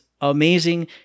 amazing